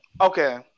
Okay